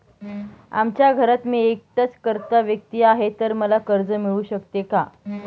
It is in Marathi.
आमच्या घरात मी एकटाच कर्ता व्यक्ती आहे, तर मला कर्ज मिळू शकते का?